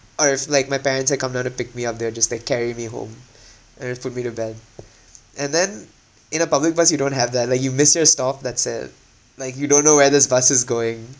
or if like my parents had come down to pick me up they're just like carry me home and then put me to bed and then in the public bus you don't have that like you miss your stop that's it like you don't know where this bus is going